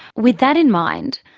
with that in mind,